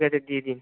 ঠিক আছে দিয়ে দিন